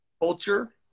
culture